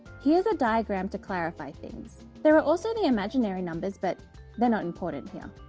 here's a diagram to clarify things. there are also the imaginary numbers but they're not important here.